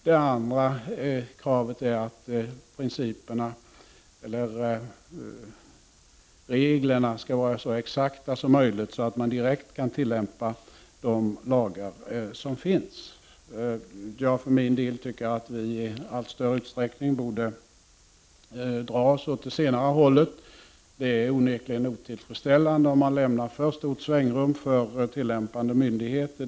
Det andra önskemålet är att reglerna skall vara så exakta som möjligt, så att man direkt kan tillämpa de lagar som finns. Jag för min del anser att vi i allt större utsträckning borde så att säga dra oss åt det senare hållet. Det är onekligen otillfredsställande om det lämnas för stort svängrum för tillämpande myndigheter.